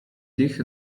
tych